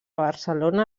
barcelona